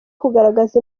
kugaragaza